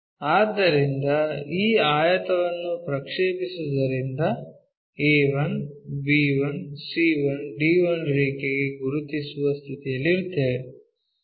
ಆದ್ದರಿಂದ ಈ ಆಯತವನ್ನು ಪ್ರಕ್ಷೇಪಿಸುವುದರಿಂದ a1 b1 c1 d1 ರೇಖೆಯನ್ನು ಗುರುತಿಸುವ ಸ್ಥಿತಿಯಲ್ಲಿರುತ್ತೇವೆ